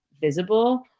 visible